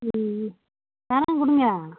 ம்ம் தரேன் கொடுங்க